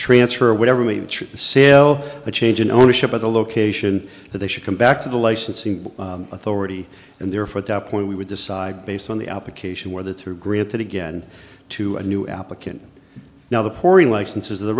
transfer or whatever me say oh a change in ownership of the location that they should come back to the licensing authority and therefore at that point we would decide based on the application where the through gritted again to a new applicant now the porn licenses the